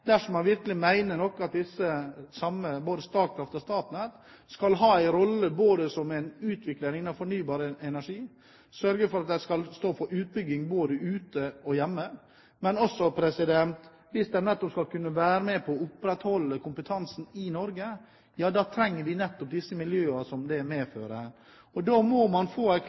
dersom man virkelig mener noe med at disse – både Statnett og Statkraft – skal ha en rolle som utviklere innen fornybar energi, og sørge for at de skal stå for utbygging både ute og hjemme. For hvis de skal være med på å opprettholde kompetansen i Norge, trenger vi nettopp disse miljøene. Da må man få en klarere tilbakemelding om at disse selskapene vil kunne få